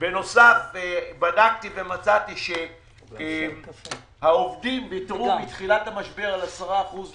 בנוסף בדקתי ומצאתי שהעובדים ויתרו מתחילת המשבר על 10 אחוזים